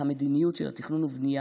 אבל אני אומרת שהמדיניות של התכנון והבנייה,